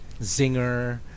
Zinger